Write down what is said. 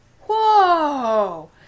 whoa